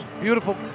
Beautiful